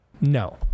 No